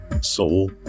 soul